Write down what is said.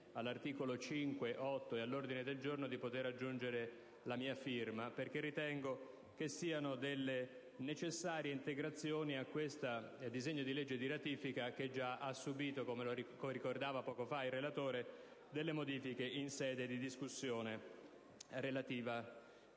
agli articoli 5 e 8 e dell'ordine del giorno G8.100 di poter aggiungere ad essi la mia firma, perché ritengo siano delle necessarie integrazioni a questo disegno di legge di ratifica, che già ha subito, come ricordava poco fa il relatore, delle modifiche in sede di discussione in